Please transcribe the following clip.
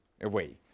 away